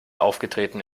aufgetreten